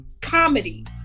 comedy